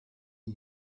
are